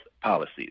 policies